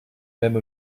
même